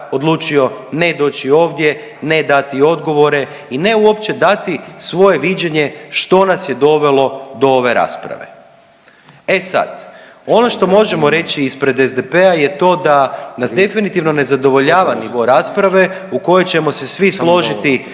odlučio ne doći ovdje, ne dati odgovori i ne uopće dati svoje viđenje što nas je dovelo do ove rasprave. E sad, ono što možemo reći ispred SDP-a je to da nas definitivno ne zadovoljava nivo rasprave u kojoj ćemo se svi složiti